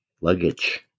luggage